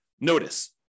notice